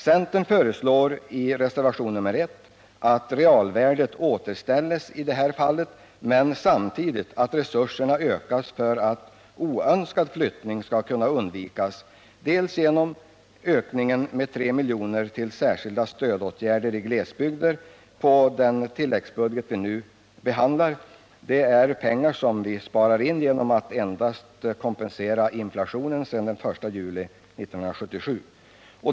Centern föreslår i reservationen 1 vid arbetsmarknadsutskottets betänkande nr 15 att realvärdet på flyttningsbidragen återställs men samtidigt att resurserna ökas för att oönskad flyttning skall kunna undvikas, genom höjningen med 3 milj.kr. till särskilda stödåtgärder i glesbygder på den tilläggsbudget som vi nu behandlar. Det är pengar som vi sparar in genom att endast kompensera för inflationen sedan den 1 juli 1977.